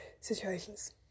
situations